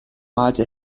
malte